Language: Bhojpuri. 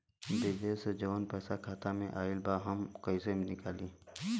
विदेश से जवन पैसा खाता में आईल बा हम कईसे निकाली?